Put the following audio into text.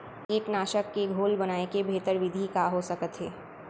कीटनाशक के घोल बनाए के बेहतर विधि का हो सकत हे?